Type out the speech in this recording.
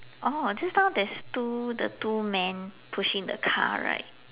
oh just now there's two the two men pushing the car right